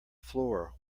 floor